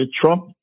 Trump